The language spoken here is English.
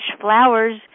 flowers